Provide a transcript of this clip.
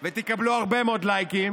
ותקבלו הרבה מאוד לייקים,